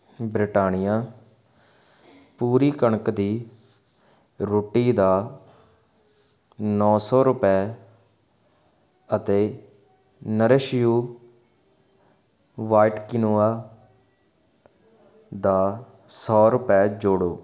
Britannia ਪੂਰੀ ਕਣਕ ਦੀ ਰੋਟੀ ਦਾ ਨੌਂ ਸੌ ਰੁਪਏ ਅਤੇ ਨੋਰਿਸ਼ ਯੂ ਵ੍ਹਾਇਟ ਕੀਨੋਆ ਦਾ ਸੌ ਰੁਪਏ ਜੋੜੋ